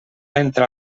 entrar